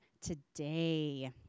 today